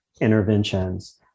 interventions